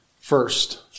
first